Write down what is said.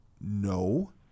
No